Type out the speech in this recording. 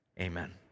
Amen